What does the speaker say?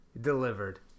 delivered